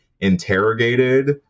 interrogated